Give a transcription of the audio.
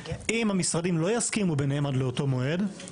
אם המשרדים לא יסכימו ביניהם עד לאותו מועד,